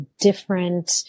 different